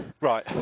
Right